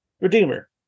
Redeemer